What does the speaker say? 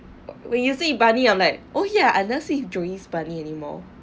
when you see bunny I'm like oh ya unless if jewish bunny anymore